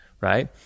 right